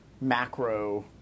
macro